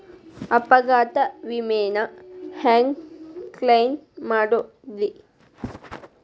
ಅಪಘಾತ ವಿಮೆನ ಹ್ಯಾಂಗ್ ಕ್ಲೈಂ ಮಾಡೋದ್ರಿ?